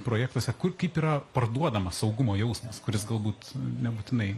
projektuose kur kaip yra parduodamas saugumo jausmas kuris galbūt nebūtinai